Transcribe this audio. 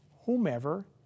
whomever